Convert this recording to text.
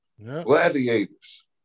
Gladiators